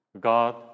God